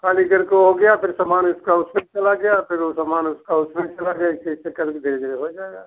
ख़ाली घर को हो गया फिर सामान इसका उसमें चला गया फिर सामान उसका उसमें चला गया ऐसे ऐसे कर के धीरे धीरे हो जाएगा